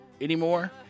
anymore